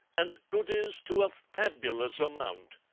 and goodies to a fabulous amount.